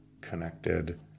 connected